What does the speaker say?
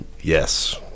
yes